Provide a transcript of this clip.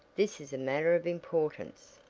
this is a matter of importance.